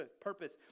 purpose